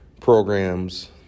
programs